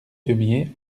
deumié